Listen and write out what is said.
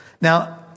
Now